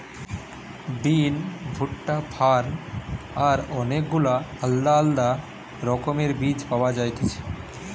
বিন, ভুট্টা, ফার্ন আর অনেক গুলা আলদা আলদা রকমের বীজ পাওয়া যায়তিছে